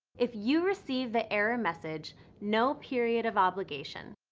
if you receive the error message no period of obligation,